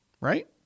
right